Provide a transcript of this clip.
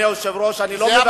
אדוני היושב-ראש, אני לא מבקש.